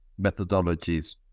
methodologies